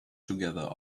together